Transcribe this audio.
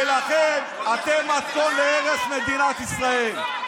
ולכן אתם מתכון להרס מדינת ישראל.